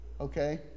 okay